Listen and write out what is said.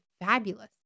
fabulous